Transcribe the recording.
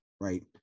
right